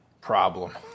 problem